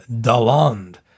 Daland